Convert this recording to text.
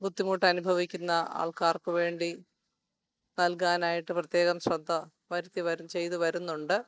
ബുദ്ധിമുട്ട് അനുഭവിക്കുന്ന ആൾക്കാർക്ക് വേണ്ടി നൽകാനായിട്ട് പ്രത്യേകം ശ്രദ്ധ വരുത്തി വരുക ചെയ്ത് വരുന്നുണ്ട്